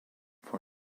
for